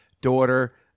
daughter